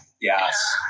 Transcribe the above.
Yes